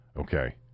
Okay